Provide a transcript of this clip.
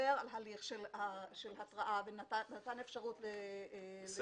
שמדבר על הליך של התראה ונתן אפשרות לביצוע.